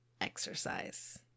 exercise